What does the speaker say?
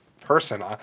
person